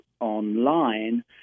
online